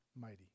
mighty